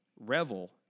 Revel